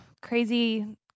crazy